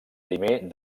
primer